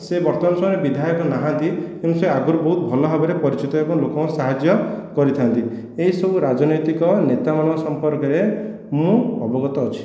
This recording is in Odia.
ସିଏ ବର୍ତ୍ତମାନ ସମୟରେ ବିଧାୟକ ନାହାନ୍ତି କିନ୍ତୁ ସେ ଆଗରୁ ବହୁତ ଭଲ ଭାବରେ ପରିଚିତ ଏବଂ ଲୋକଙ୍କ ସାହାଯ୍ୟ କରିଥାନ୍ତି ଏହିସବୁ ରାଜନୈତିକ ନେତା ମାନଙ୍କର ସମ୍ପର୍କରେ ମୁଁ ଅବଗତ ଅଛି